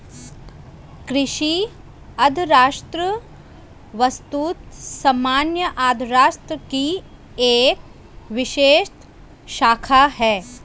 कृषि अर्थशास्त्र वस्तुतः सामान्य अर्थशास्त्र की एक विशिष्ट शाखा है